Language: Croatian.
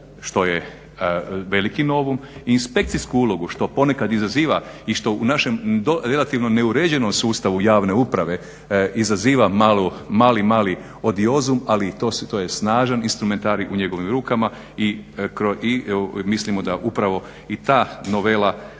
što je velik novum i inspekcijsku ulogu što ponekad izaziva i što u našem relativno neuređenom sustavu javne uprave izaziva mali, mali odiozum, ali i to je snažan instrumentarij u njegovim rukama i mislimo da upravo i ta novela,